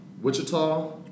Wichita